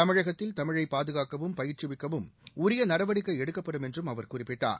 தமிழகத்தில் தமிழைப் பாதுகாக்கவும் பயிற்றுவிக்கவும் உரிய நடவடிக்கை எடுக்கப்படும் என்றும் அவர் குறிப்பிட்டார்